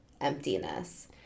emptiness